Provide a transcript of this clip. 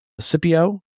Scipio